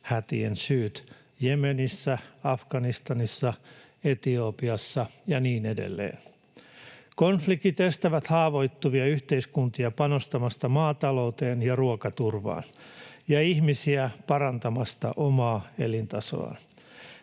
nälänhätien syyt Jemenissä, Afganistanissa, Etiopiassa ja niin edelleen. Konfliktit estävät haavoittuvia yhteiskuntia panostamasta maatalouteen ja ruokaturvaan ja ihmisiä parantamasta omaa elintasoaan.